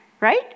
right